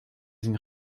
sind